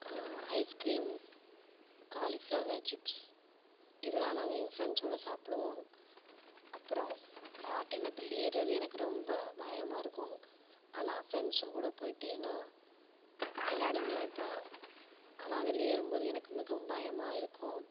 ice cream cauliflower chips இதெலாம் நாங்கள் எங்கள் ஃப்ரெண்ட்ஸ்சோடு சாப்பிடுவோம் அப்புறம் ராட்டினத்தில் ஏறுவது எனக்கு ரொம்ப பயமாக இருக்கும் ஆனால் ஃப்ரெண்ட்ஸ் கூட போயிட்டு நான் விளையாடுன்னு நினப்பேன் ஆனால் அதில் ஏறும் போது எனக்கு மிகவும் பயமாக இருக்கும்